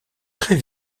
très